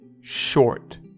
short